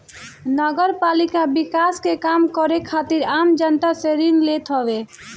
नगरपालिका विकास के काम करे खातिर आम जनता से ऋण लेत हवे